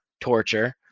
torture